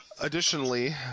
additionally